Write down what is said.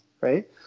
right